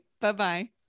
Bye-bye